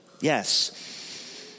yes